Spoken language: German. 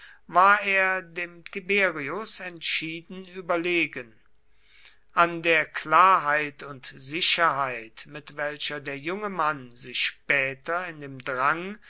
war er dem tiberius entschieden überlegen an der klarheit und sicherheit mit welcher der junge mann sich später in dem drang